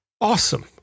Awesome